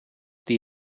die